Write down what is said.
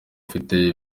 ufite